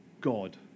God